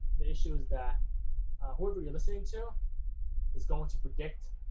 the issue is that whoever you're listening to it's going to predict